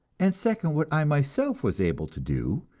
and second what i myself was able to do,